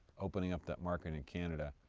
opening up that market in canada,